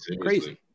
crazy